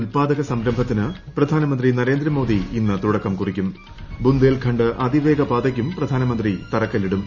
ഉത്പാദക സംരംഭത്തിന് പ്രധാനമന്ത്രി നരേന്ദ്രമോദി ഇന്ന് തുടക്കം കുറിക്കും ബുന്ദേൽഖണ്ഡ് അതിവേഗ പാതയ്ക്കും പ്രധാനമന്ത്രി തറക്കല്ലിടും